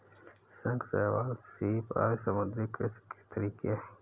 शंख, शैवाल, सीप आदि समुद्री कृषि के तरीके है